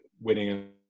winning